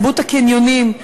תרבות הקניונים,